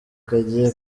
kagiye